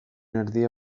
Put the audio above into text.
erdia